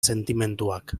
sentimenduak